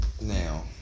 Now